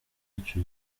ico